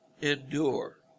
endure